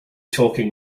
talking